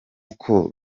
kuko